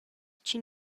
chi